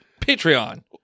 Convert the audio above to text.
Patreon